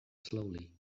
slowly